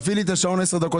מדברים איתנו על 40%,